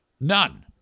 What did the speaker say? None